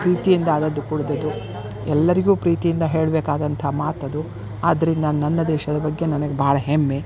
ಪ್ರೀತಿಯಿಂದ ಆದದ್ದು ಎಲ್ಲರಿಗೂ ಪ್ರೀತಿಯಿಂದ ಹೇಳಬೇಕಾದಂಥ ಮಾತು ಅದು ಆದ್ದರಿಂದ ನನ್ನ ದೇಶದ ಬಗ್ಗೆ ನನಗೆ ಭಾಳ ಹೆಮ್ಮೆ